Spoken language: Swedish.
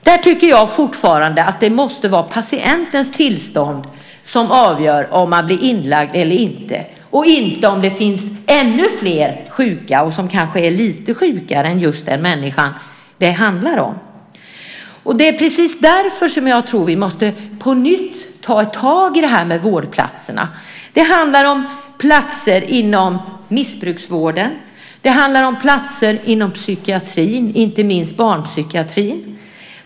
Det måste fortfarande vara patientens tillstånd som avgör om patienten blir inlagd eller inte. Det ska inte vara frågan om det finns ännu fler patienter som är lite sjukare än just den människa det handlar om. Det är precis därför vi på nytt måste ta tag i frågan om vårdplatser. Det handlar om platser inom missbrukarvården. Det handlar om platser inom psykiatrin, inte minst barnpsykiatrin.